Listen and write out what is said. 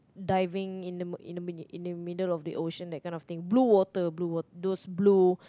diving in the mi~ in the middle in the middle of the ocean kind of thing blue water blue water those blue